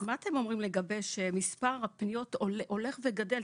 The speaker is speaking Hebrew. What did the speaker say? מה אתם אומרים לגבי זה שמספר הפניות הולך וגדל?